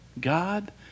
God